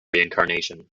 reincarnation